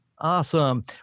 Awesome